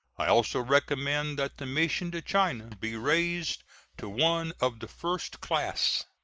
i also recommend that the mission to china be raised to one of the first class.